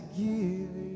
give